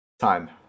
Time